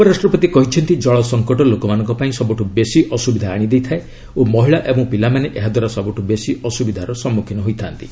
ଉପରାଷ୍ଟ୍ରପତି କହିଛନ୍ତି ଜଳ ସଂକଟ ଲୋକମାନଙ୍କ ପାଇଁ ସବୁଠୁ ବେଶି ଅସୁବିଧା ଆଶିଦେଇଥାଏ ଓ ମହିଳା ଏବଂ ପିଲାମାନେ ଏହାଦ୍ୱାରା ସବୁଠୁ ବେଶି ଅସୁବିଧାର ସମ୍ମୁଖୀନ ହୋଇଥାନ୍ତି